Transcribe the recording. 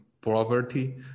poverty